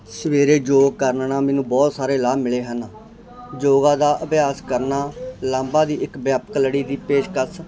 ਸਵੇਰੇ ਯੋਗ ਕਰਨ ਨਾਲ ਮੈਨੂੰ ਬਹੁਤ ਸਾਰੇ ਲਾਭ ਮਿਲੇ ਹਨ ਯੋਗਾ ਦਾ ਅਭਿਆਸ ਕਰਨਾ ਲਾਭਾਂ ਦੀ ਇੱਕ ਵਿਆਪਕ ਲੜੀ ਦੀ ਪੇਸ਼ਕਸ